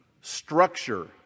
structure